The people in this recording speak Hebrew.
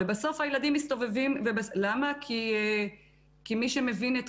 כי מי שמבין את